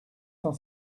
cent